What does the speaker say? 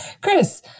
Chris